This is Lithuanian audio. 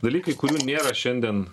dalykais kurių nėra šiandien